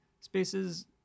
spaces